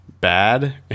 bad